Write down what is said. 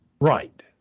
Right